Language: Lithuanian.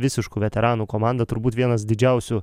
visiškų veteranų komanda turbūt vienas didžiausių